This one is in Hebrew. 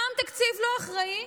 גם תקציב לא אחראי,